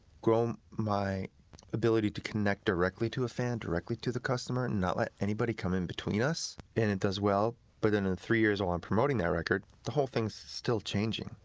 growing my ability to connect directly to a fan, directly to the customer, and not let anybody come in between us. and it does well, but then in three years when i'm promoting that record, the whole still changing.